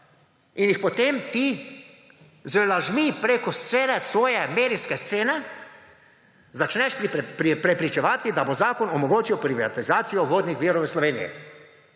in jih potem ti z lažmi preko cele svoje medijske scene začneš prepričevati, da bo zakon omogočil privatizacijo vodnih virov v Sloveniji.